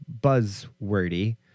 buzzwordy